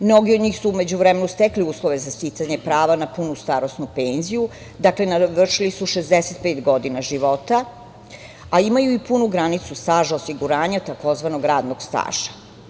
Mnogi od njih su u međuvremenu stekli uslove za sticanje prava na punu starosnu penziju, dakle, navršili su 65 godina života, a imaju i punu granicu staža osiguranja, tzv. radnog staža.